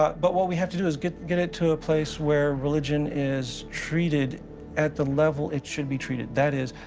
but what we have to do is get get it to a place where religion is treated at the level it should be treated. that is,